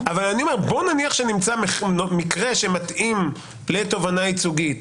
אבל בואו נניח שנמצא מקרה שמתאים לתובענה ייצוגית